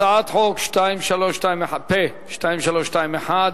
הצעת חוק פ/2321,